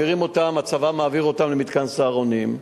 הצבא מעביר אותם למתקן "סהרונים".